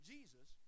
Jesus